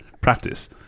practice